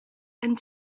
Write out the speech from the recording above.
and